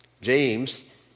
James